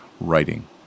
writing